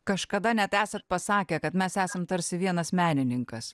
kažkada net esat pasakę kad mes esam tarsi vienas menininkas